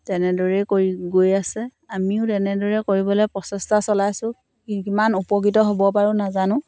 তেনেদৰেই কৰি গৈ আছে আমিও তেনেদৰে কৰিবলৈ প্ৰচেষ্টা চলাইছোঁ কি কিমান উপকৃত হ'ব পাৰোঁ নাজানো